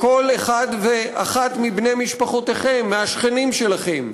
לכל אחד ואחת מבני משפחותיכם, מהשכנים שלכם,